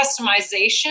customization